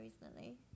recently